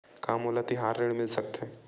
का मोला तिहार ऋण मिल सकथे?